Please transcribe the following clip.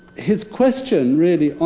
his question, really,